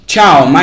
Ciao